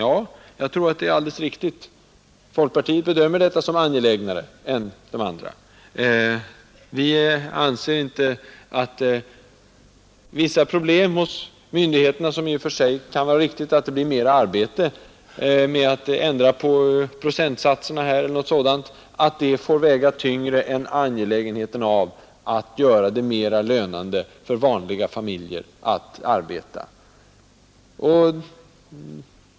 Ja, jag tror att det är alldeles riktigt; folkpartiet bedömer det här som angelägnare än andra gör. Vi anser inte att vissa problem för myndigheterna — det kan i och för sig vara riktigt att vårt förslag medför ett visst arbete med att ändra på procentsatserna — får väga tyngre än angelägenheten av att göra det mera lönande för vanliga familjer att arbeta.